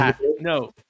No